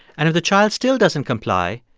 and if the child still doesn't comply,